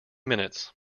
minutes